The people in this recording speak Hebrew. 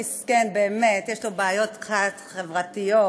מסכן, באמת, יש לו בעיות, חברתיות,